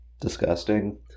Disgusting